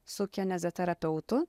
su kineziterapeutu